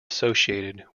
associated